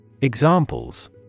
Examples